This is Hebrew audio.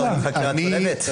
מה הוא בחקירה צולבת?